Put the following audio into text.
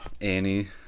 Annie